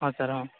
ହଁ ସାର୍ ହଁ